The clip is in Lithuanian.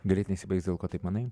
greit nesibaigs dėl ko taip manai